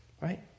Right